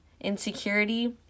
insecurity